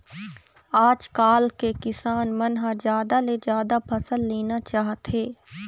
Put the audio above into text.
आजकाल के किसान मन ह जादा ले जादा फसल लेना चाहथे